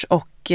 och